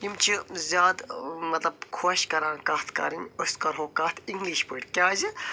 یِم چھِ زیادٕ مطلب خۄش کَران کَتھ کٔرٕنۍ أسۍ کرہو کَتھ اِنگلِش پٲٹھی کیٛازِ